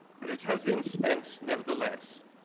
but it has been spent nevertheless.